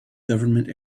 government